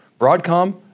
Broadcom